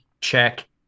check